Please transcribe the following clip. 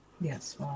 Yes